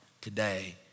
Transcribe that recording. today